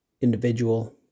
individual